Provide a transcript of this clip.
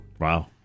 Wow